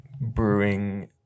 Brewing